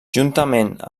juntament